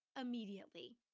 immediately